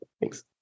Thanks